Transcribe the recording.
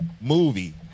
movie